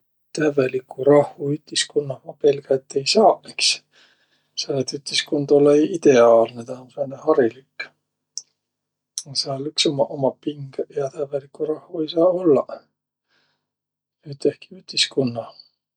Tävvelikku rahhu ütiskunnaq ma pelgä et ei saaq iks, selle et ütiskund olõ-õi ideaalnõ. Taa um sääne harilik. Sääl iks ummaq umaq pingõq ja tävvelikku rahhu ei saaq ollaq ütehki ütiskunnah.